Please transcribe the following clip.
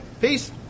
Peace